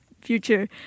future